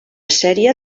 sèrie